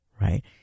right